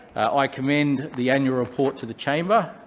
i commend the annual report to the chamber.